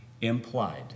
implied